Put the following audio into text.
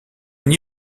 n’y